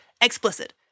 Explicit